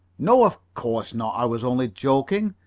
no, of course not, i was only joking.